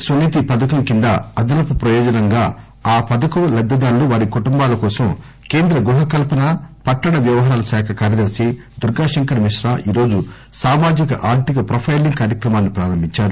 స్పనిధి పథకం కింద అదనపు ప్రయోజనంగా ఆ పథకం లబ్దిదారులు వారి కుటుంబాల కోసం కేంద్ర గృహకల్సన పట్టణ వ్యవహారాల శాఖ కార్యదర్ని దుర్గాశంకర్ మిశ్రా ఈరోజు సామాజిక ఆర్థిక ప్రొపైలింగ్ కార్యక్రమాన్ని ప్రారంభించారు